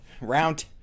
Round